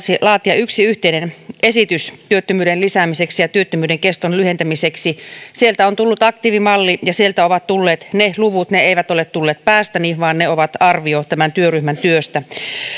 laatia yksi yhteinen esitys työllisyyden lisäämiseksi ja työttömyyden keston lyhentämiseksi sieltä on tullut aktiivimalli ja sieltä ovat tulleet ne luvut ne eivät ole tulleet päästäni vaan ne ovat arvio tämän työryhmän työstä